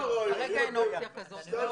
כרגע אין אופציה כזאת.